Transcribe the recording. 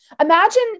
imagine